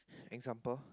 example